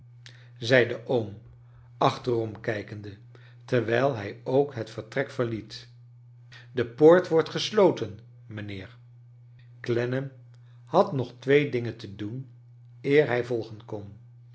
zei de oom achterom kijke nde terwijl hij ook het vertrek verliet de poort wordt gesloten mijnheer clennam had nog twee dingen te doen eer hij volgen kon